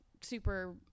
super